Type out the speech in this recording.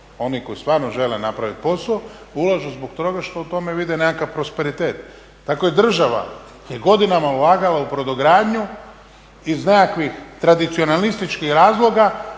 oni koji stvarno žele napraviti posao ulažu zbog toga što u tome vide nekakav prosperitet. Tako i država je godinama ulagala u brodogradnju iz nekakvih tradicionalističkih razloga,